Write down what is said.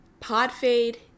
podfade